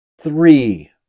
three